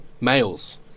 males